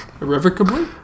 irrevocably